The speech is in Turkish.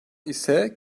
ise